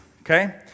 Okay